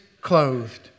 clothed